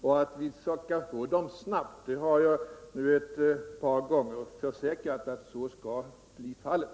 och att vi får dem snabbt. Jag har nu ett par gånger försäkrat att så skall bli fallet.